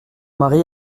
mari